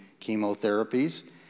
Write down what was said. chemotherapies